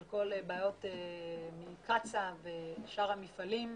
על כל הבעיות מול קצ"א ושאר המפעלים.